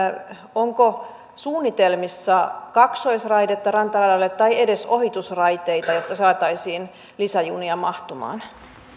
onko suunnitelmissa kaksoisraidetta rantaradalle tai edes ohitusraiteita jotta saataisiin lisäjunia mahtumaan